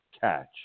catch